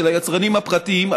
של היצרנים הפרטיים,